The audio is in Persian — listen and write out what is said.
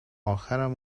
اخرم